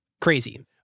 Crazy